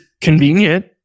convenient